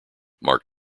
mark